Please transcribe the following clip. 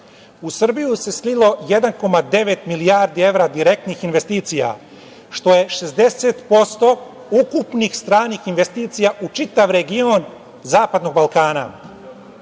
u Srbiju se slilo 1,9 milijardi direktnih investicija, što je 60% ukupnih stranih investicija u čitav region Zapadnog Balkana. Mi